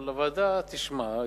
אבל הוועדה תשמע,